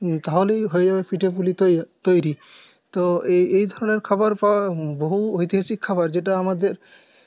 তাহলেই হয়ে যাবে পিঠে পুলি তৈরি তো এই এই ধরনের খাবার পাওয়া বহু ঐতিহাসিক খাবার যেটা আমাদের